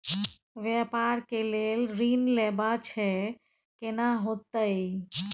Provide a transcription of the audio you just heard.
व्यापार के लेल ऋण लेबा छै केना होतै?